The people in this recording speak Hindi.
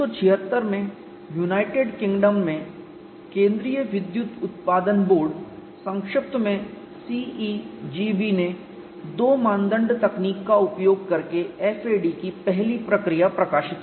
1976 में यूनाइटेड किंगडम में केंद्रीय विद्युत उत्पादन बोर्ड संक्षिप्त में CEGB ने दो मानदंड तकनीक का उपयोग करके FAD की पहली प्रक्रिया प्रकाशित की